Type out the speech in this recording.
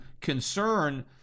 concern